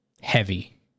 heavy